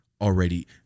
already